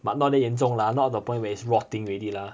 but not that 严重 lah not the point where it is rotting ready lah